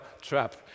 trap